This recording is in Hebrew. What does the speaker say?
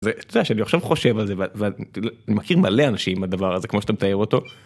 זה שאני עכשיו חושב על זה ואני מכיר מלא אנשים הדבר הזה כמו שאתה מתאר אותו.